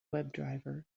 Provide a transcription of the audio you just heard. webdriver